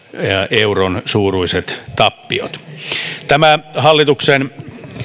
euron suuruiset tappiot tämä hallituksen